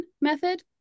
method